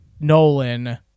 Nolan